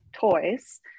toys